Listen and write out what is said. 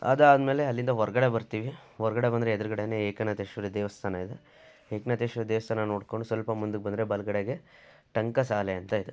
ಅದಾದಮೇಲೆ ಅಲ್ಲಿಂದ ಹೊರಗಡೆ ಬರ್ತೀವಿ ಹೊರ್ಗಡೆ ಬಂದರೆ ಎದ್ರುಗಡೆಯೇ ಏಕನಾಥೇಶ್ವರ ದೇವಸ್ಥಾನ ಇದೆ ಏಕನಾಥೇಶ್ವರ ದೇವಸ್ಥಾನ ನೋಡ್ಕೊಂಡು ಸ್ವಲ್ಪ ಮುಂದಕ್ಕೆ ಬಂದರೆ ಬಲಗಡೆಗೆ ಟಂಕಸಾಲೆ ಅಂತ ಇದೆ